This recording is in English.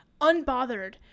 unbothered